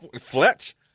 Fletch